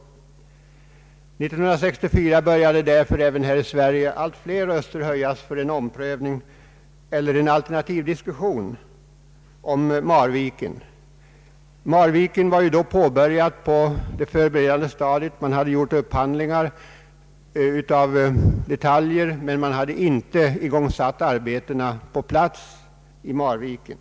År 1964 började därför här i Sverige allt fler röster höjas för en alternativdiskussion om Marviken. Marvikenprojektet var dock påbörjat och befann sig på det förberedande stadiet. Upphandlingar hade gjorts när det gällde detaljer, men arbetena hade inte igångsatts på plats i Marviken.